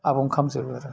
आबुं खालाम जोबो आरो